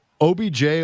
OBJ